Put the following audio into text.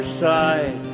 side